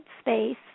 space